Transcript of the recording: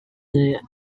the